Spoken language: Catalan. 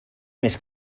més